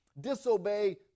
disobey